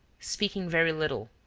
speaking very little,